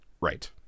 Right